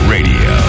Radio